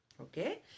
Okay